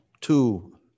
two